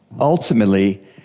ultimately